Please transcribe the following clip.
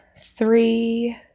three